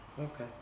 Okay